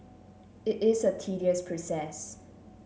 it is a tedious process